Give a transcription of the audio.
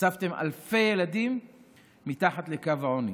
הוספתם אלפי ילדים מתחת לקו העוני.